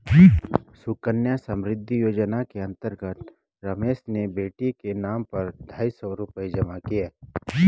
सुकन्या समृद्धि योजना के अंतर्गत रमेश ने बेटी के नाम ढाई सौ रूपए जमा किए